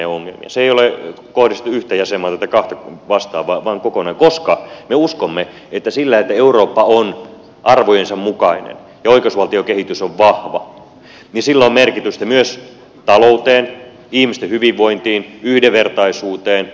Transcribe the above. sitä ei ole kohdistettu yhtä jäsenmaata tai kahta vastaan vaan se koskee kaikkia koska me uskomme että sillä että eurooppa on arvojensa mukainen ja oikeusvaltiokehitys on vahva on vaikutusta myös talouteen ihmisten hyvinvointiin yhdenvertaisuuteen ja ylipäänsä siihen eurooppalaisen integraation legitimiteettiin